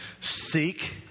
Seek